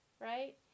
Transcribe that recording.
right